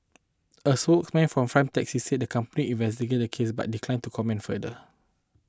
a spokesman for Prime Taxi said the company investigating the case but declined to comment further